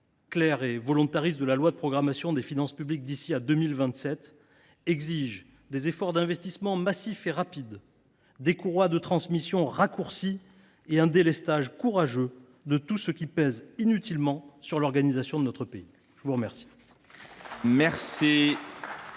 clair et volontariste de la loi de programmation des finances publiques pour les années 2023 à 2027 impliquent des investissements massifs et rapides, des courroies de transmission raccourcies et un délestage courageux de tout ce qui pèse inutilement sur l’organisation de notre pays. La parole